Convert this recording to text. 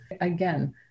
again